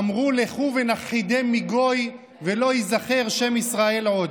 אמרו: לכו ונכחידם מגוי, ולא יזכר שם ישראל עוד".